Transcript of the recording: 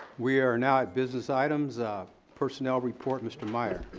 we are now at business items. um personnel report. mr. meyer.